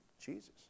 Jesus